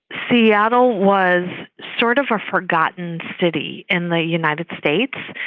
seattle was sort of a forgotten city in the united states,